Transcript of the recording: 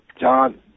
john